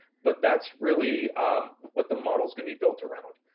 but that's really what the model is gonna be built around.